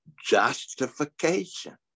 justification